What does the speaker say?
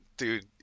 dude